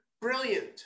brilliant